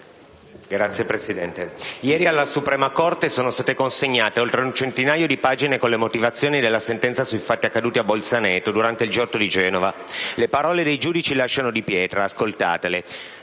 Signor Presidente, ieri alla Suprema corte sono state consegnate oltre un centinaio di pagine con le motivazioni della sentenza sui fatti accaduti nella caserma di Bolzaneto durante il G8 di Genova. Le parole dei giudici lasciano di pietra, ascoltatele: